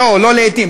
לא לעתים,